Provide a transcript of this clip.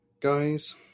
guys